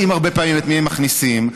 פעם מזמינה קבלני שיפוצים,